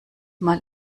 mal